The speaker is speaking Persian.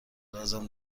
لازم